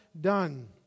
done